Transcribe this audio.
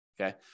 okay